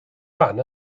fan